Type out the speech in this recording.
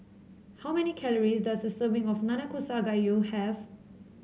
how many calories does a serving of Nanakusa Gayu have